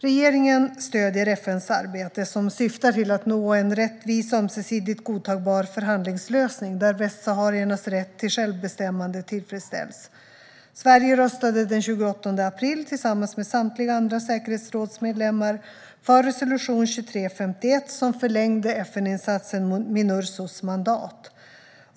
Regeringen stöder FN:s arbete som syftar till att nå en rättvis, ömsesidigt godtagbar förhandlingslösning där västsahariernas rätt till självbestämmande tillfredsställs. Sverige röstade den 28 april, tillsammans med samtliga andra säkerhetsrådsmedlemmar, för resolution 2351, som förlängde FN-insatsen Minursos mandat.